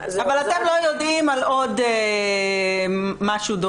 אבל אתם לא יודעים על עוד משהו דומה.